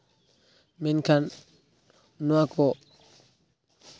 ᱢᱮᱱᱠᱷᱟᱱ ᱱᱚᱣᱟ ᱠᱚ